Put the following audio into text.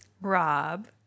Rob